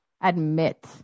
admit